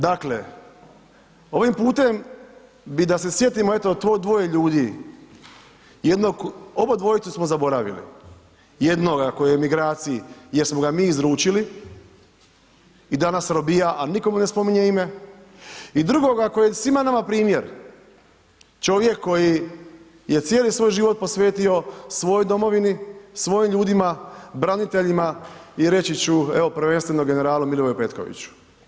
Dakle, ovim putem bi da se sjetimo eto to dvoje ljudi, jednog, obodvojicu smo zaboravili, jednoga koji je u emigraciji jer smo ga mi izručili i danas robija, a nitko mu ne spominje ime i drugoga koji je svima nama primjer, čovjek koji je cijeli svoj život posvetio svojoj domovini, svojim ljudima, braniteljima i reći ću evo prvenstveno generalu Milivoju Petkoviću.